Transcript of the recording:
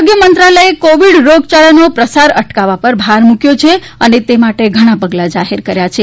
આરોગ્ય મંત્રાલયે કોવીડ રોગયાળાનો પ્રસાર અટકાવવા પર ભાર મૂક્યો છે અને તે માટે ઘણા પગલા જાહેર કર્યાં છે